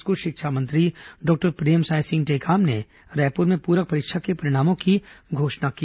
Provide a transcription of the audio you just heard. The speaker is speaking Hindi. स्कूल शिक्षा मंत्री डॉक्टर प्रेमसाय सिंह टेकाम ने रायपुर में पूरक परीक्षा के परिणामों की घोषणा की